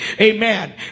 Amen